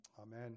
Amen